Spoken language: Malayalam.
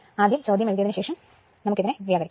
ആദ്യം ചോദ്യം എഴുതിയതെന്ന് ശേഷം നമുക്ക് ഇതിനെ വ്യാകരിക്കാം